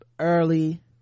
early